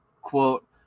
Quote